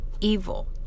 evil